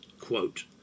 Quote